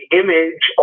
image